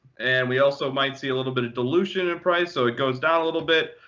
and we also might see a little bit of dilution in price, so it goes down a little bit.